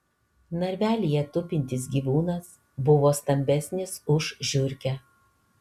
narvelyje tupintis gyvūnas buvo stambesnis už žiurkę